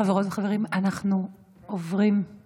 חברות וחברים, הוא